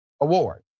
award